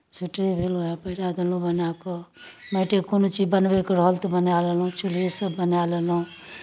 स्वीटरे भेल उएह पहिरा देलहुँ बना कऽ माटिएके कोनो चीज बनबयके रहल तऽ बना लेलहुँ चूल्हीसभ बना लेलहुँ